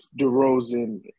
DeRozan